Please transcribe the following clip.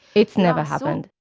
it's never happened.